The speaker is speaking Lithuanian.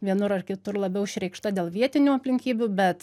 vienur ar kitur labiau išreikšta dėl vietinių aplinkybių bet